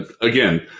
again